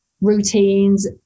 routines